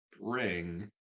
bring